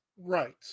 Right